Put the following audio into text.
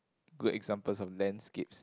good examples of landscapes